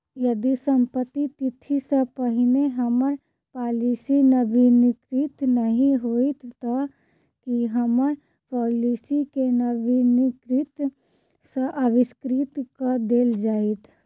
यदि समाप्ति तिथि सँ पहिने हम्मर पॉलिसी नवीनीकृत नहि होइत तऽ की हम्मर पॉलिसी केँ नवीनीकृत सँ अस्वीकृत कऽ देल जाइत?